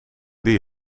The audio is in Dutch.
die